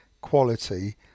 quality